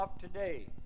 today